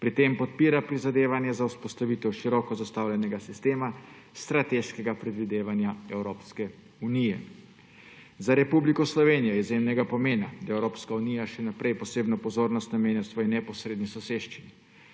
Pri tem podpira prizadevanje za vzpostavitev široko zastavljenega sistema strateškega predvidevanja Evropske unije. Za Republiko Slovenijo je izjemnega pomena, da Evropska unija še naprej posebno pozornost namenja svoji neposredni soseščini,